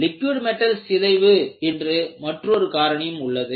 liquid metal சிதைவு என்று மற்றொரு காரணியும் உள்ளது